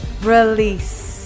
Release